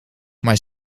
maar